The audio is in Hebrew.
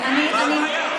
תגיד לי באיזו עילה.